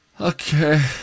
Okay